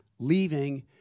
leaving